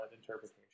interpretation